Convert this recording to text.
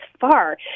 far